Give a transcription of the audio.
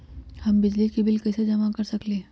हम बिजली के बिल कईसे जमा कर सकली ह?